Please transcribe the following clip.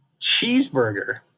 cheeseburger